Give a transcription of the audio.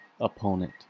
opponent